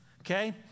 Okay